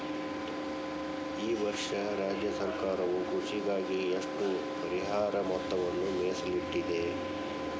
ಈ ವರ್ಷ ರಾಜ್ಯ ಸರ್ಕಾರವು ಕೃಷಿಗಾಗಿ ಎಷ್ಟು ಪರಿಹಾರ ಮೊತ್ತವನ್ನು ಮೇಸಲಿಟ್ಟಿದೆ?